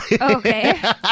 Okay